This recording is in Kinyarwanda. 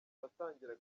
aratangira